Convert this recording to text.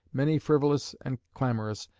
many frivolous and clamorous,